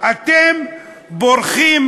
אתם בורחים